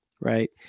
right